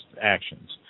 actions